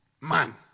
man